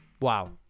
wow